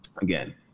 again